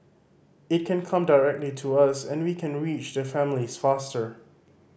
it can come directly to us and we can reach the families faster